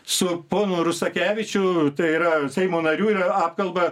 su ponu rusakevičiu tai yra seimo narių ir apkalba